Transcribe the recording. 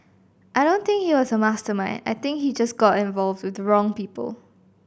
I don't think he was a mastermind I think he just got involved with the wrong people